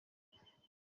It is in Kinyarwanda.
nkuta